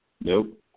Nope